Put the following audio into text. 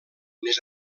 més